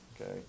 Okay